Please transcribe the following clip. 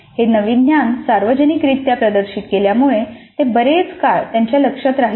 हे नवीन ज्ञान सार्वजनिकरित्या प्रदर्शित केल्यामुळे ते बरेच काळ त्यांच्या लक्षात राहील